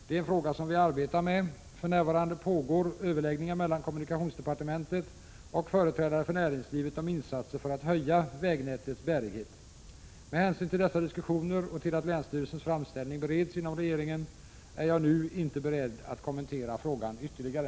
Det är en fråga som vi arbetar med. För närvarande pågår överläggningar mellan kommunikationsdepartementet och företrädare för näringslivet om insatser för att höja vägnätets bärighet. Med hänsyn till dessa diskussioner och till att länsstyrelsens framställning bereds inom regeringen är jag nu inte beredd att kommentera frågan ytterligare.